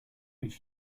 its